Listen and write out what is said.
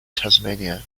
tasmania